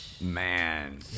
Man